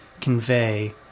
convey